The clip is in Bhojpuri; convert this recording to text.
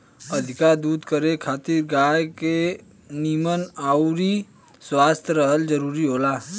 अधिका दूध करे खातिर गाय के निमन अउरी स्वस्थ रहल जरुरी होला